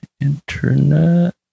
internet